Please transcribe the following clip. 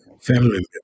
family